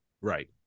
Right